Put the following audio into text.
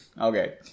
Okay